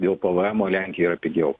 dėl pvemo lenkijoj yra pigiau